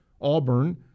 Auburn